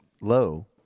low